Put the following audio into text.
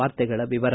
ವಾರ್ತೆಗಳ ವಿವರ